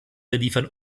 liefern